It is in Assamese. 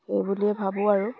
এই বুলিয়েইে ভাবোঁ আৰু